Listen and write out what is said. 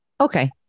Okay